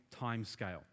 timescale